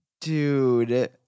Dude